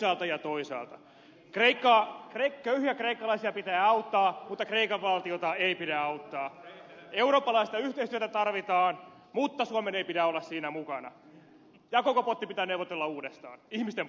toisaalta ja toisaalta köyhiä kreikkalaisia pitää auttaa mutta kreikan valtiota ei pidä eurooppalaista yhteistyötä tarvitaan mutta suomen ei pidä olla siinä mukana ja koko potti pitää neuvotella uudestaan ihmisten puolue